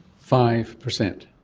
five percent?